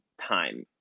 time